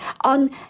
on